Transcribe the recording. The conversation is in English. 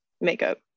Makeup